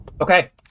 Okay